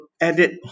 edit